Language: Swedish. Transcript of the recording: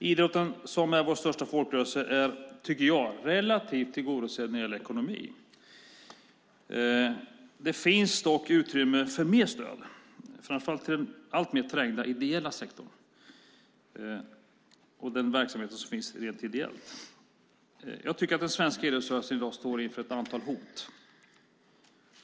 Idrotten, som är vår största folkrörelse, är relativt väl tillgodosedd när det gäller ekonomi. Det finns dock utrymme för mer stöd, framför allt till den alltmer trängda ideella sektorn. Den svenska idrottsrörelsen står i dag inför ett antal hot.